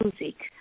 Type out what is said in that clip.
music